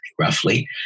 roughly